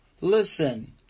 Listen